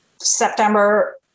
September